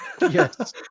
Yes